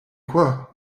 quoi